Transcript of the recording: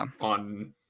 on